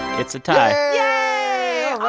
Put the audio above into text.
it's a tie yeah